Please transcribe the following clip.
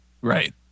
Right